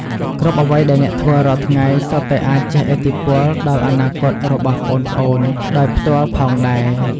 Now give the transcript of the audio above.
គ្រប់អ្វីដែលអ្នកធ្វើរាល់ថ្ងៃ សុទ្ធតែអាចជះឥទ្ធិពលដល់អនាគតរបស់ប្អូនៗដោយផ្ទាល់ផងដែរ ។